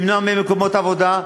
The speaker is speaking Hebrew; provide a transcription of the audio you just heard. למנוע מהם מקומות עבודה,